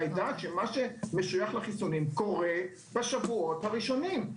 לדעת שמה שמשויך לחיסונים קורה בשבועות הראשונים.